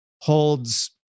holds